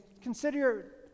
consider